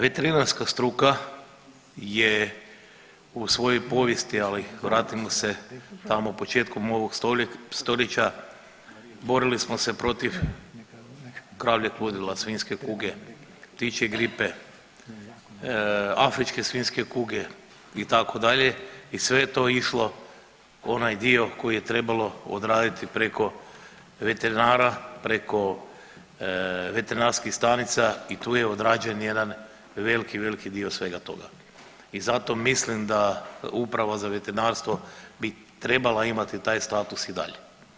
Veterinarska struka je u svojoj povijesti, ali vratimo se tamo početkom ovog stoljeća, borili smo se protiv kravljeg ludila, svinjske kuge, ptičje gripe, afričke svinjske kuge itd. i sve je to išlo u onaj dio koji je trebalo odraditi preko veterinara, preko veterinarskih stanica i tu je odrađen jedan veliki, veliki dio svega toga i zato mislim da Uprava za veterinarstvo bi trebala imati taj status i dalje.